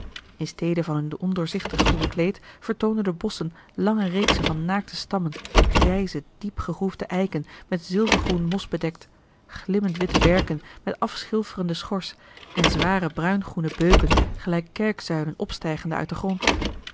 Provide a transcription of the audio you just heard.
in stede van hun ondoorzichtig groen kleed vertoonden de bosschen lange reeksen van naakte stammen grijze diep gegroefde eiken met zilvergroen mos bedekt glimmend witte berken met afschilferende schors en zware bruingroene beuken gelijk kerkzuilen opstijgende uit den grond